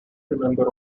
remember